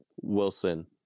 Wilson